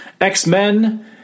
X-Men